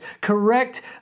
Correct